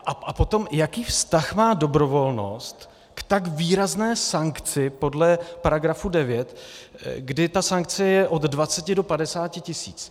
A potom, jaký vztah má dobrovolnost k tak výrazné sankci podle § 9, kdy ta sankce je od 20 do 50 tisíc?